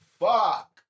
Fuck